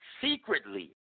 secretly